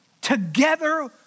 together